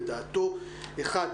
לדעתו: אחד,